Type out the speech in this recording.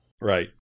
Right